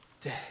day